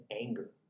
anger